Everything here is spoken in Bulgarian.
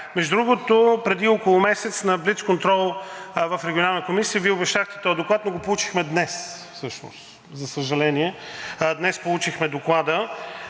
Между другото, преди около месец на блицконтрол в Регионалната комисия Вие обещахте този доклад, но го получихме днес всъщност, за съжаление, днес получихме Доклада,